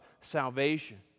salvation